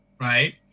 right